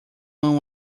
one